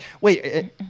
wait